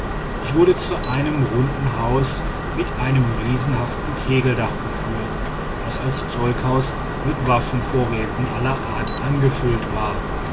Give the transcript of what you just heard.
ich wurde zu einem runden haus mit einem riesenhaften kegeldach geführt das als zeughaus mit waffenvorräten aller art angefüllt war